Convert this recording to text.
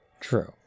True